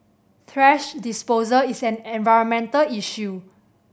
thrash disposal is an environmental issue